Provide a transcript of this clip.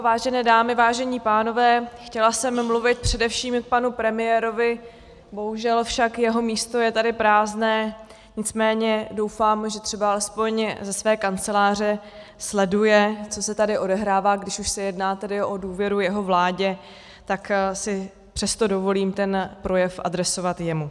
Vážené dámy, vážení pánové, chtěla jsem mluvit především k panu premiérovi, bohužel však jeho místo je tady prázdné, nicméně doufám, že třeba alespoň ze své kanceláře sleduje, co se tady odehrává, když už se jedná tedy o důvěru jeho vládě, tak si přesto dovolím ten projev adresovat jemu.